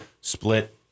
split